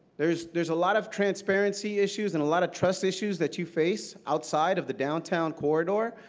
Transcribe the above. there's there's a lot of transparency issues, and a lot of trust issues that you face outside of the downtown corridor.